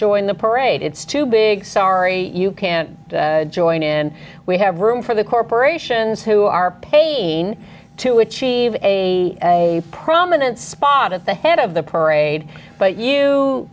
join the parade it's too big sorry you can't join in we have room for the corporations who are paid to achieve a prominent spot at the head of the parade but you